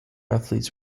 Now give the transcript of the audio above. athletes